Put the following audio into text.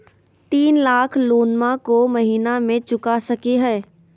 तीन लाख लोनमा को महीना मे चुका सकी हय?